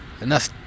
enough